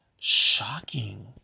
Shocking